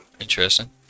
Interesting